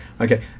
okay